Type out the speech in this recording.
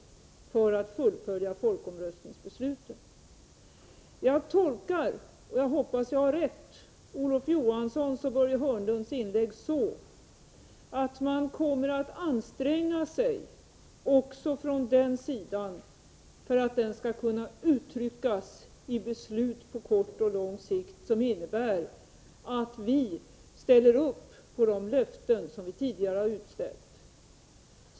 Jag tolkar Olof Johanssons och Börje Hörnlunds inlägg så — och jag hoppas att jag har rätt — att man också från den sidan kommer att anstränga sig för att detta skall kunna uttryckas i beslut på kort och på lång sikt med innebörden att vi står för de löften vi tidigare har utställt.